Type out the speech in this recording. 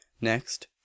Next